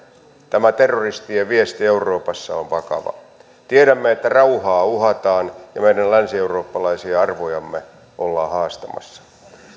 tämä terroristien viesti euroopassa on vakava tiedämme että rauhaa uhataan ja meidän länsieurooppalaisia arvojamme ollaan haastamassa me